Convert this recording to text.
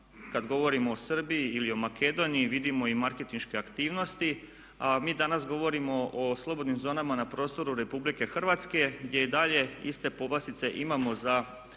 Kada govorimo o Srbiji ili Makedoniji vidimo i marketinške aktivnosti a mi danas govorimo o slobodnim zonama na prostoru RH gdje i dalje iste povlastice imamo za